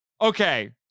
Okay